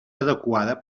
adequada